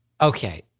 okay